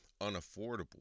unaffordable